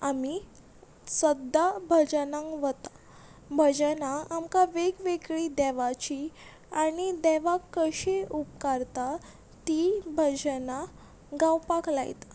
आमी सद्दां भजनाक वता भजनां आमकां वेग वेगळीं देवाचीं आनी देवाक कशीं उपकारता तीं भजनां गावपाक लायता